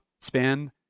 span